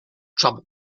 trouble